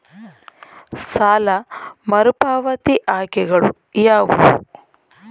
ಸಾಲ ಮರುಪಾವತಿ ಆಯ್ಕೆಗಳು ಯಾವುವು?